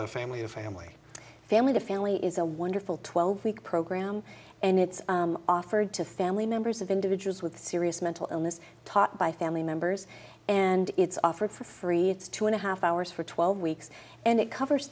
a family a family family the family is a wonderful twelve week program and it's offered to family members of individuals with serious mental illness taught by family members and it's offered for free it's two and a half hours for twelve weeks and it covers